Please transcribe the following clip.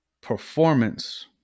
performance